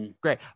great